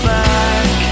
back